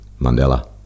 Mandela